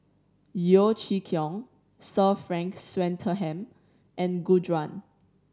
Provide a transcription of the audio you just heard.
Yeo Chee Kiong Sir Frank Swettenham and Gu Juan